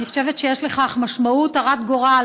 אני חושבת שיש לכך משמעות הרת גורל